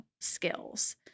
skills